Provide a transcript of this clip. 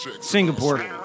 Singapore